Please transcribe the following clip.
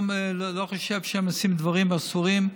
אני לא חושב שהם עושים דברים אסורים.